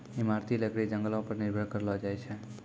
इमारती लकड़ी जंगलो पर निर्भर करलो जाय छै